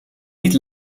niet